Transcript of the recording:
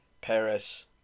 Paris